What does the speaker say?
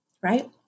right